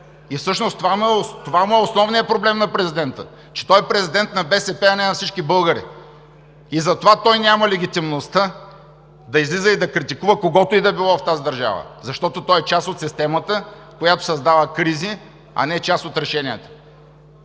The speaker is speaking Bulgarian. И всъщност това му е основният проблем, че е президент на БСП, а не на всички българи! И затова той няма легитимността да излиза и да критикува когото и да било в тази държава. Защото той е част от системата, която създава кризи, а не част от решенията.